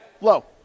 Low